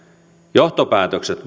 johtopäätökset